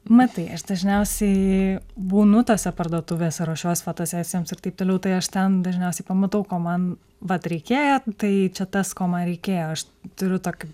matai aš dažniausiai būnu tose parduotuvėse ruošiuos fotosesijoms ir taip toliau tai aš ten dažniausiai pamatau ko man vat reikėjo tai čia tas ko man reikėjo aš turiu tokį